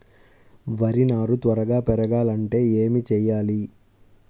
వరి నారు త్వరగా పెరగాలంటే ఏమి చెయ్యాలి?